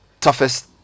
toughest